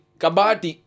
kabati